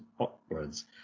upwards